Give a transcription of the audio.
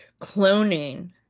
cloning